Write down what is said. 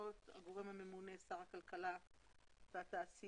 והגורם הממונה הוא שר הכלכלה והתעשייה.